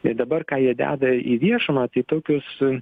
tai dabar ką jie deda į viešumą tai tokius